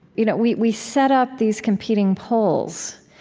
you know we we set up these competing poles,